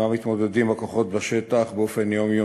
מתמודדים הכוחות בשטח באופן יומיומי.